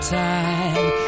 time